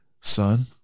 son